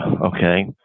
okay